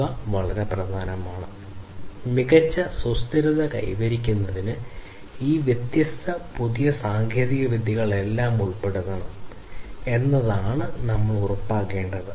ഇവ വളരെ പ്രധാനമാണ് മികച്ച സുസ്ഥിരത കൈവരിക്കുന്നതിന് ഈ വ്യത്യസ്തമായ പുതിയ സാങ്കേതികവിദ്യകളെല്ലാം ഉൾപ്പെടുത്തണം എന്നതാണ് നമ്മൾ ഉറപ്പാക്കേണ്ടത്